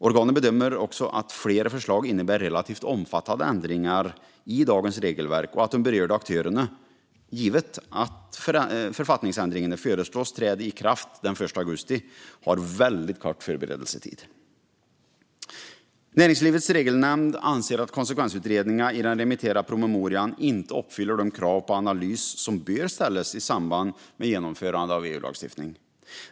Organet bedömer också att flera förslag innebär relativt omfattande ändringar i dagens regelverk och att de berörda aktörerna, givet att författningsändringarna föreslås träda i kraft den 1 augusti, har en väldigt kort förberedelsetid. Näringslivets regelnämnd anser att konsekvensutredningen i den remitterade promemorian inte uppfyller de krav på analys som bör ställas i samband med genomförande av EU-lagstiftning.